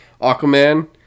Aquaman